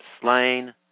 slain